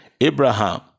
abraham